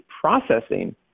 processing